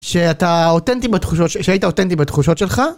שאתה אותנטי בתחושות, שהיית אותנטי בתחושות שלך?